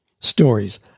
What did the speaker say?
stories